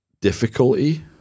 Difficulty